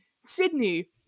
Sydney